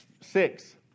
six